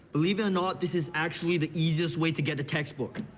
believe it or not, this is actually the easiest way to get the textbook.